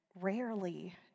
rarely